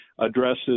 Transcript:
addresses